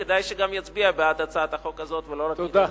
כדאי שגם יצביע בעד הצעת החוק הזאת ולא רק ידבר.